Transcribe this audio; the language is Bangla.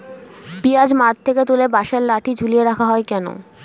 পিঁয়াজ মাঠ থেকে তুলে বাঁশের লাঠি ঝুলিয়ে রাখা হয় কেন?